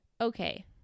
okay